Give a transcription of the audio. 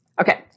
Okay